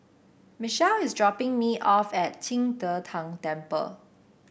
Michelle is dropping me off at Qing De Tang Temple